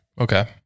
Okay